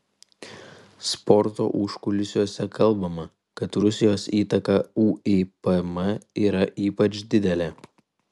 sporto užkulisiuose kalbama kad rusijos įtaka uipm yra ypač didelė